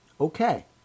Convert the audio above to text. Okay